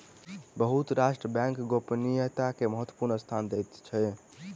बहुत राष्ट्र बैंक गोपनीयता के महत्वपूर्ण स्थान दैत अछि